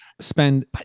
spend